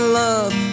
love